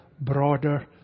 broader